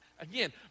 Again